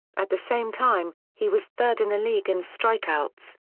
at the same time, he was third in the league in strikeouts.